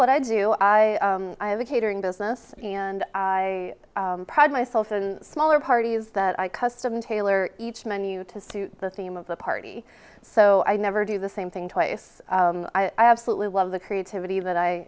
what i do i have a catering business and i pride myself in smaller parties that i custom tailor each menu to suit the theme of the party so i never do the same thing twice i absolutely love the creativity that i